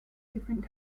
different